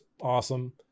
awesome